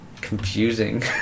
confusing